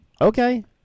Okay